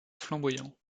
flamboyant